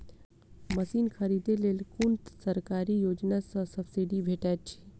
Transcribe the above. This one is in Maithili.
मशीन खरीदे लेल कुन सरकारी योजना सऽ सब्सिडी भेटैत अछि?